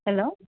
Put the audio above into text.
hello